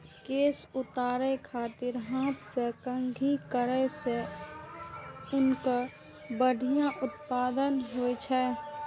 केश उतारै खातिर हाथ सं कंघी करै सं ऊनक बढ़िया उत्पादन होइ छै